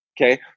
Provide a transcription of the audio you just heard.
Okay